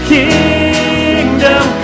kingdom